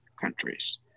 countries